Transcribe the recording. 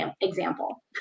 example